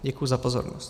Děkuji za pozornost.